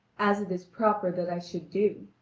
as it is proper that i should do.